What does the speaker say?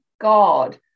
God